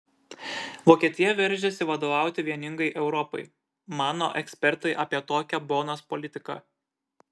vokietija veržiasi vadovauti vieningai europai mano ekspertai apie tokią bonos politiką